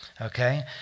Okay